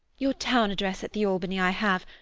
your town address at the albany i have.